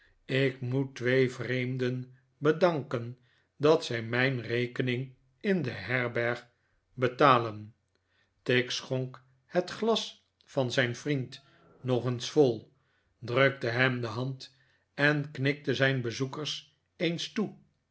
ik moet twee vreemden bedanken dat zij mijn rekening in een herberg betalen tigg schonk het glas van zijn vriend nog eens vol drukte hem de hand en knikte zijn bezoekers eens toe